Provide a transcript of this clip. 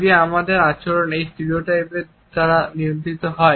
যদি আমাদের আচরণ এই স্টেরিওটাইপগুলি দ্বারা নিয়ন্ত্রিত হয়